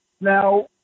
Now